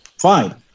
fine